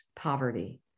poverty